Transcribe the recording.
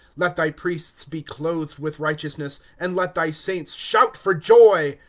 let thy priests be clothed with righteousness, and let thy saints shout for joy.